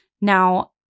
Now